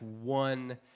one